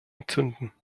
entzünden